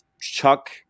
Chuck